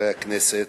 חברי הכנסת,